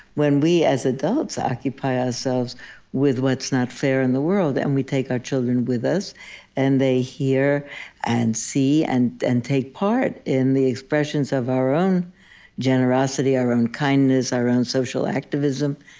when we as adults occupy ourselves with what's not fair in the world and we take our children with us and they hear and see and and take part in the expressions of our own generosity, our own kindness, our own social activism,